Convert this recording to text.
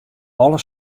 alle